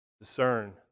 Discern